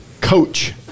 Coach